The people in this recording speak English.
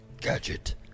Gadget